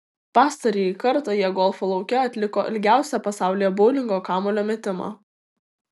pastarąjį kartą jie golfo lauke atliko ilgiausią pasaulyje boulingo kamuolio metimą